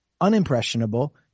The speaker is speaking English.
unimpressionable